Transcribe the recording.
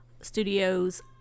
Studios